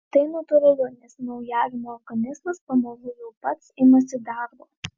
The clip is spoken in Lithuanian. tai natūralu nes naujagimio organizmas pamažu jau pats imasi darbo